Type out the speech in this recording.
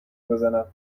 بزنم